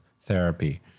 therapy